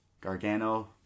Gargano